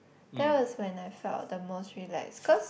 that was when I felt the most relax cause